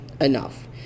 enough